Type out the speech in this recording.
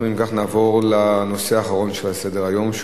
בעד, 6,